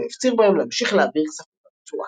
והפציר בהם להמשיך להעביר כספים לרצועה.